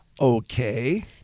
Okay